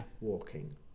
walking